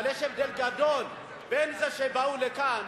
אבל יש הבדל גדול בין זה שבאו לכאן